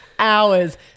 hours